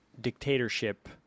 dictatorship